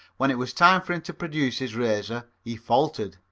when it was time for him to produce his razor he faltered.